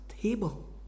table